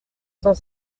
cent